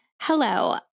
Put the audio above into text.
hello